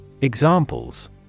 Examples